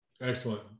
Excellent